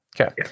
Okay